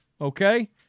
okay